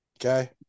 Okay